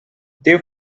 they